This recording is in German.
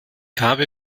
habe